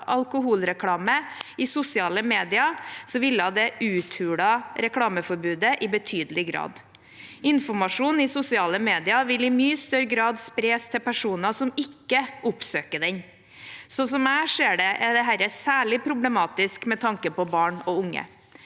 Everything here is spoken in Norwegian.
alkoholreklame i sosiale medier, ville det uthulet reklameforbudet i betydelig grad. Informasjon i sosiale medier vil i mye større grad spres til personer som ikke oppsøker den. Slik jeg ser det, er dette særlig problematisk med tanke på barn og unge.